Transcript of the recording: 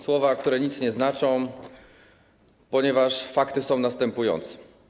Słowa, które nic nie znaczą, ponieważ fakty są następujące.